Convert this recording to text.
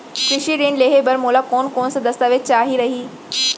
कृषि ऋण लेहे बर मोला कोन कोन स दस्तावेज चाही रही?